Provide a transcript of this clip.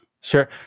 Sure